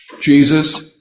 Jesus